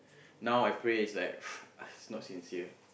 now I pray is like not sincere